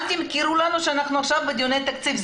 אל תמכרו לנו שאנחנו עכשיו בדיוני תקציב.